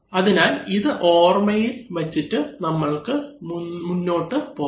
അതിനാൽ ഇത് ഓർമയിൽ വെച്ചിട്ട് നമ്മൾക്ക് മുന്നോട്ടു പോകാം